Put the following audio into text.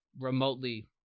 remotely